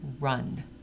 run